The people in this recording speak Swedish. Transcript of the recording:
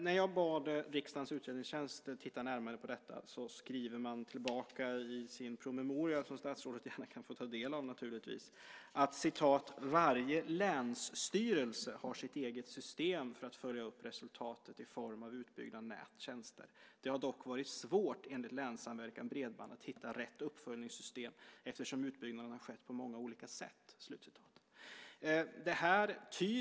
När jag bad riksdagens utredningstjänst titta närmare på detta skrev man tillbaka i sin promemoria, som statsrådet gärna kan få ta del av: Varje länsstyrelse har sitt eget system för att följa upp resultatet i form av utbyggda nättjänster. Det har dock varit svårt, enligt Länssamverkan Bredband, att hitta rätt uppföljningssystem, eftersom utbyggnaden har skett på många olika sätt.